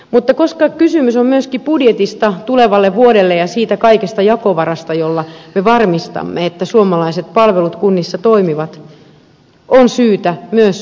mutta koska kysymys on myöskin budjetista tulevalle vuodelle ja siitä kaikesta jakovarasta jolla me varmistamme että suomalaiset palvelut kunnissa toimivat on syytä myös huoleen